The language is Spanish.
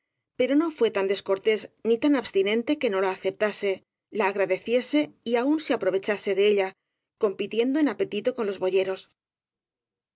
pero no fué tan descortés ni tan absti nente que no la aceptase la agradeciese y aun se aprovechase de ella compitiendo en apetito con los boyeros